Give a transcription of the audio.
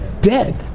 Dead